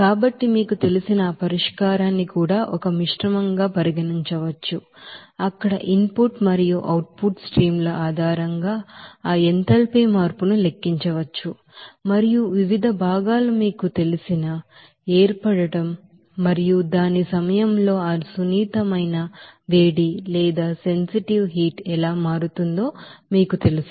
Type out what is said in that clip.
కాబట్టి మీకు తెలిసిన ఆ పరిష్కారాన్ని కూడా ఒక మిశ్రమంగా పరిగణించవచ్చు అక్కడ ఆ ఇన్ పుట్ మరియు అవుట్ పుట్ స్ట్రీమ్ ల ఆధారంగా ఆ ఎంథాల్పీ మార్పును లెక్కించవచ్చు మరియు వివిధ భాగాలు మీకు తెలిసిన ఏర్పడటం మరియు దాని సమయంలో ఆ సున్నితమైన వేడి ఎలా మారుతుందో మీకు తెలుసు